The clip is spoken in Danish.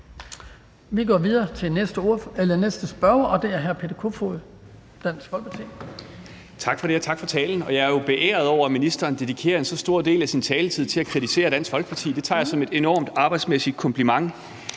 Vi går videre til næste spørger, og det er hr. Peter Kofod, Dansk Folkeparti. Kl. 12:49 Peter Kofod (DF): Tak for det, og tak for talen. Jeg er jo beæret over, at ministeren dedikerer så stor en del af sin taletid til at kritisere Dansk Folkeparti. Det tager jeg som et enormt arbejdsmæssigt kompliment.